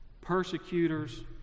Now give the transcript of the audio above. persecutors